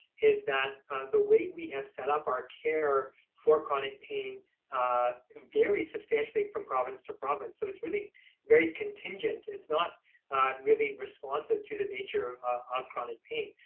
is that the way we have set up our care for chronic pain vary substantially from province to province. so it's really very contingent, it's not really responsive to the nature of chronic pain.